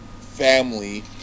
family